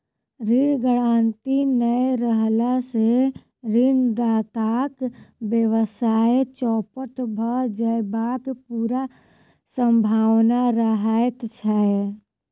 ऋण गारंटी नै रहला सॅ ऋणदाताक व्यवसाय चौपट भ जयबाक पूरा सम्भावना रहैत छै